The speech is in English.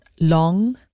long